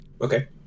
Okay